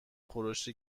خورشت